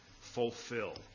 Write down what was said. fulfill